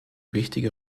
wichtige